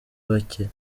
bake